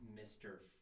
Mr